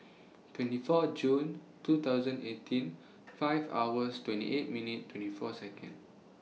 twenty four June two thousand eighteen five hours twenty eight minutes twenty four Seconds